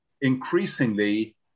increasingly